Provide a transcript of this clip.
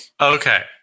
okay